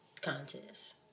contest